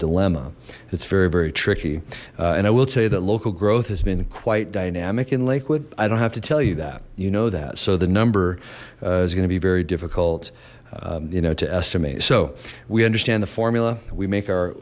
dilemma it's very very tricky and i will tell you that local growth has been quite dynamic in liquid i don't have to tell you that you know that so the number is going to be very difficult you know to estimate so we understand the formula we make our